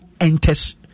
enters